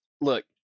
look